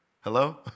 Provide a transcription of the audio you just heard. Hello